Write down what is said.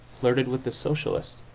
flirted with the socialists.